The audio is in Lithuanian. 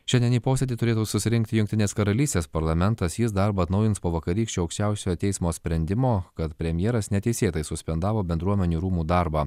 šiandien į posėdį turėtų susirinkti jungtinės karalystės parlamentas jis darbą atnaujins po vakarykščio aukščiausiojo teismo sprendimo kad premjeras neteisėtai suspendavo bendruomenių rūmų darbą